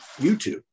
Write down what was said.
YouTube